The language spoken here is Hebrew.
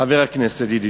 חבר הכנסת ידידי.